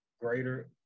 greater